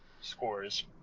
scores